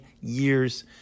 years